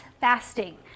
fasting